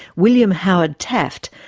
william howard taft,